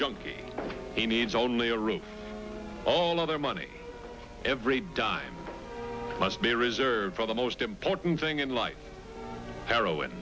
junkie he needs only a room all other money every dime must be reserved for the most important thing in life heroin